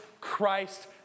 Christ